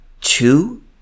two